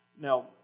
Now